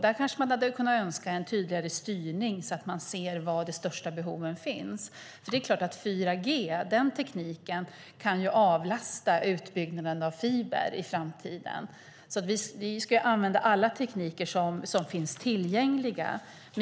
Där hade man kanske önskat en tydligare styrning så att man ser var de största behoven finns. Utbyggnaden av 4G-tekniken kan ju avlasta utbyggnaden av fibertekniken i framtiden. Vi ska använda alla tekniker som finns tillgängliga.